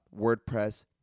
wordpress